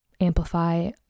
amplify